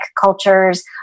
cultures